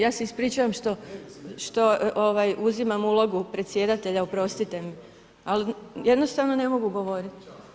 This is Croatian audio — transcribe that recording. Ja se ispričavam što uzimam ulogu predsjedatelja, oprostite, ali jednostavno ne mogu govoriti.